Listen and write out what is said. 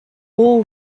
all